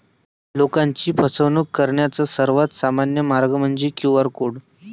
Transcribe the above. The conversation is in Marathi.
लोकांची फसवणूक करण्याचा सर्वात सामान्य मार्ग म्हणजे क्यू.आर कोड